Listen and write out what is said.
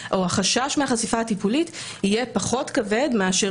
או החשש מהחשיפה הטיפולית יהיה פחות כבד מאשר